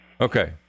Okay